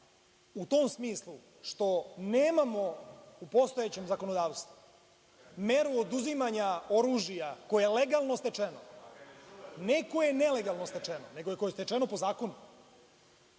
u tom smislu što nemamo u postojećem zakonodavstvu meru oduzimanja oružja koje je legalno stečeno, ne koje je nelegalno stečeno, nego koje je stečeno po zakonu